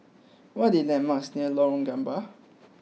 what are the landmarks near Lorong Gambir